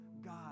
God